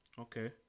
Okay